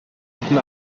guten